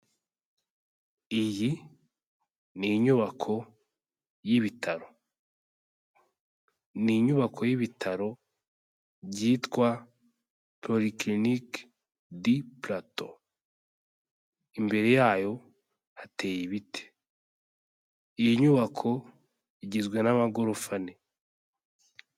Iyi ni inyubako y'ibitaro. Ni inyubako y'ibitaro byitwa Polyclinique du Plateau. Imbere yayo hateye ibiti. Iyi nyubako igizwe n'amagorofa ane.